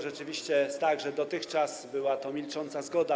Rzeczywiście jest tak, że dotychczas była to milcząca zgoda.